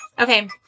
okay